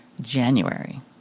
january